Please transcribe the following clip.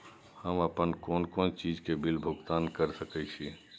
हम आपन कोन कोन चीज के बिल भुगतान कर सके छी?